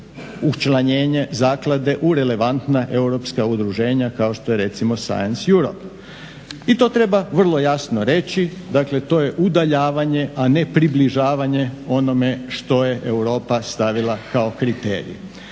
učlanjenje zaklade u relevantna europska udruženja kao što je recimo Science Europe. I to treba vrlo jasno reći dakle to je udaljavanje, a ne približavanje onome što je Europa stavila kao kriterij.